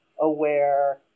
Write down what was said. aware